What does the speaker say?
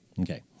Okay